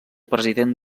president